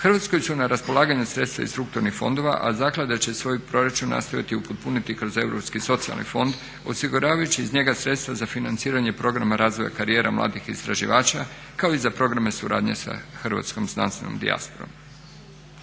Hrvatskoj su na raspolaganju sredstava iz strukturnih fondova a zaklada će svoj proračun nastaviti upotpuniti kroz europski socijalni fond osiguravajući iz njega sredstva za financiranje programa razvoja karijera mladih istraživača kao i za programe suradnje sa hrvatskom znanstvenom dijasporom.